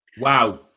Wow